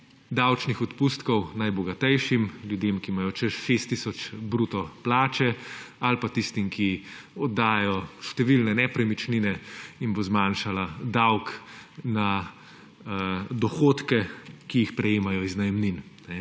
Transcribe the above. davčnih odpustkov najbogatejšim, ljudem, ki imajo čez 6 tisoč bruto plače, ali pa tistim, ki oddajajo številne nepremičnine, bo zmanjšala davek na dohodke, ki jih prejemajo iz najemnin.